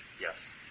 Yes